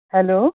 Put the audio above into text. hello